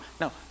No